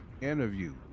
interview